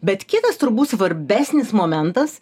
bet kitas turbūt svarbesnis momentas